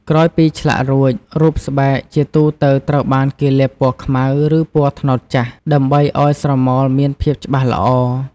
ក្រោយពីឆ្លាក់រួច រូបស្បែកជាទូទៅត្រូវបានគេលាបពណ៌ខ្មៅ ឬពណ៌ត្នោតចាស់ ដើម្បីឱ្យស្រមោលមានភាពច្បាស់ល្អ។